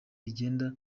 rigenda